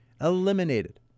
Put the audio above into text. Eliminated